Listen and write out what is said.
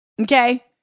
okay